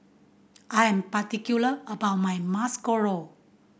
I am particular about my Masoor Dal